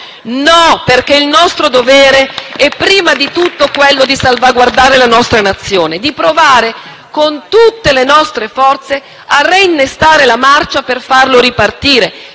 No, perché il nostro dovere è prima di tutto quello di salvaguardare la nostra Nazione, di provare con tutte le nostre forze a reinnestare la marcia per farlo ripartire,